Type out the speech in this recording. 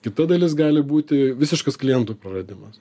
kita dalis gali būti visiškas klientų praradimas